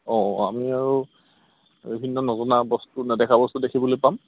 অঁ অঁ আমি আৰু এইখিনিতে নজনা বস্তু নেদেখা বস্তু দেখিবলৈ পাম